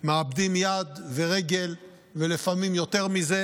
מאבדים יד ורגל ולפעמים יותר מזה,